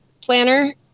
planner